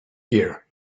here